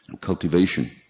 cultivation